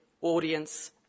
audience